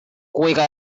quicker